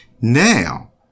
Now